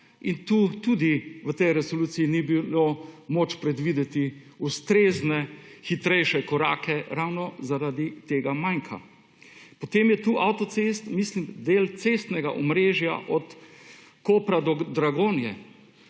in tukaj tudi v tej resoluciji ni bilo moč predvideti ustrezne hitrejše korake ravno zaradi tega manka. Potem je tukaj avtocest, del cestnega omrežja od Kopra do Dragonje.